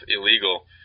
illegal